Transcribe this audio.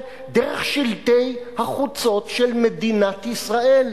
דרך שלטי החוצות של מדינת ישראל.